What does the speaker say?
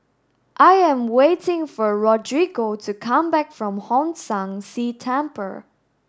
I am waiting for Rodrigo to come back from Hong San See Temple